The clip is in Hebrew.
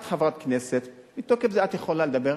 את חברת כנסת, ומתוקף זה את יכולה לדבר.